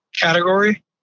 category